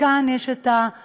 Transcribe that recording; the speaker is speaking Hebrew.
כאן יש הרמוניה,